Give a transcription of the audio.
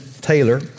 Taylor